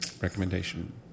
recommendation